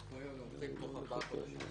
ובסכומים הנמוכים תוך ארבעה חודשים.